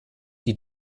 die